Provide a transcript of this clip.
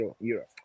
Europe